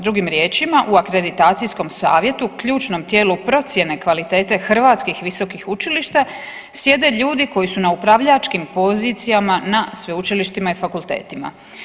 Drugim riječima u akreditacijskom savjetu, ključnom tijelu procjene kvalitete hrvatskih visokih učilišta sjede ljudi koji su na upravljačkim pozicijama na sveučilištima i fakultetima.